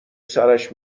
سرش